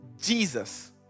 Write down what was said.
Jesus